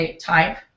type